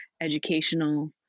educational